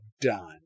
done